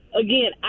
Again